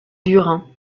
burin